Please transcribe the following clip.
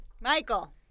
Michael